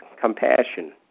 compassion